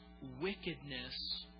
wickedness